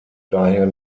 daher